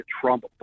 Trump